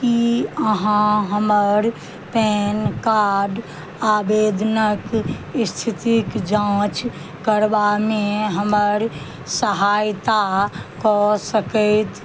की अहाँ हमर PAN card आवेदनक स्थितिक जाँच करबामे हमर सहायता कऽ सकैत